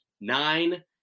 nine-